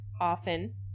often